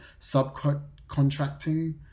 subcontracting